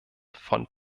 vor